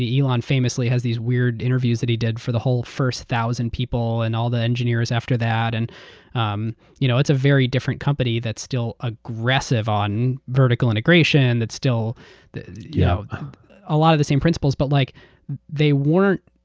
elon famously has these weird interviews that he did for the whole first thousand people and all the engineers after that. and um you know it's a very different company that's still aggressive on vertical integration, that still has yeah a lot of the same principles, but like they weren't